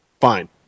fine